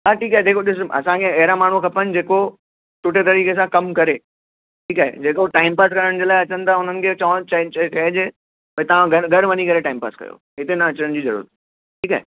हा ठीकु आहे जेको ॾिसु असांखे अहिड़ा माण्हू खपनि जेको सुठे तरीक़े सां कमु करे ठीकु आहे जेको टाइम पास करण जे लाइ अचनि था हुननि खे चओनि चइजे की तव्हां घरु घरु वञी टाइम पास कयो हिते न अचण जी ज़रूरत ठीकु आहे